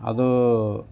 ಅದು